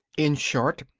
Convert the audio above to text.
in short,